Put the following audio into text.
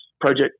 Project